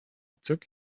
took